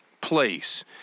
place